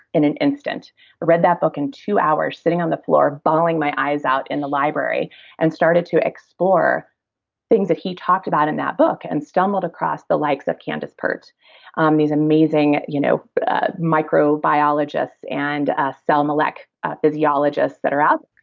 in an instant. i read that book in two hours, sitting on the floor, bawling my eyes out in the library and started to explore things that he talked about in that book and stumbled across the likes of candace pert um these amazing you know ah microbiologists and ah selma like a physiologist that are out.